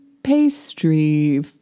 pastry